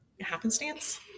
happenstance